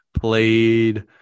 played